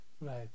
Right